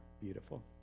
beautiful